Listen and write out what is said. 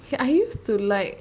K I use to like